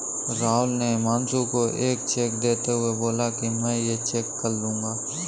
राहुल ने हुमांशु को एक चेक देते हुए बोला कि मैं ये चेक कल लूँगा